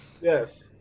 Yes